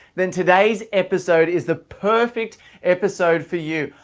then today's episode is the perfect episode for you.